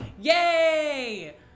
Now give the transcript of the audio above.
Yay